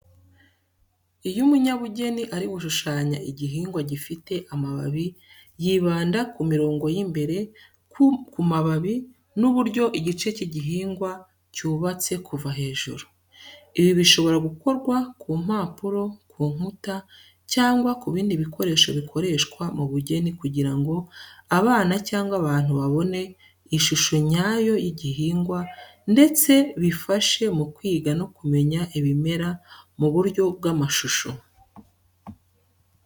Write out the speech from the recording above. Iyo umunyabugeni ari gushushanya igihingwa gifite amababi yibanda ku mirongo y'imbere ku mababi, n'uburyo igice cy'igihingwa cyubatse kuva hejuru. Ibi bishobora gukorwa ku mpapuro, ku nkuta, cyangwa ku bindi bikoresho bikoreshwa mu bugeni kugira ngo abana cyangwa abantu babone ishusho nyayo y'igihingwa ndetse bifashe mu kwiga no kumenya ibimera mu buryo bw'amashusho.